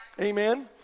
Amen